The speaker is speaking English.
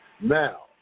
now